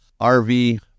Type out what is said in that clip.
RV